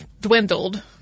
dwindled